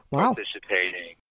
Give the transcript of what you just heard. participating